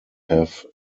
have